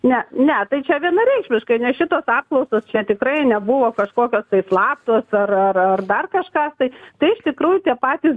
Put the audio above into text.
ne ne tai vienareikšmiškai nes šitos apklausos čia tikrai nebuvo kažkokios tai slaptos ar ar ar dar kažkas tai tai iš tikrųjų tie patys